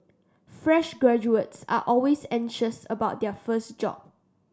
fresh graduates are always anxious about their first job